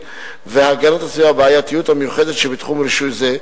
והגנת הסביבה הבעייתיות המיוחדת שבתחום רישוי זה,